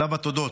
שלב התודות.